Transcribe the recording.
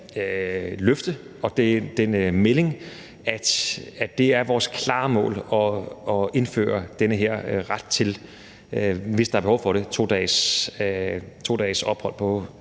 løfte og den melding, at det er vores klare mål at indføre den her ret, hvis der er behov for det, til 2 dages ophold på